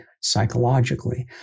psychologically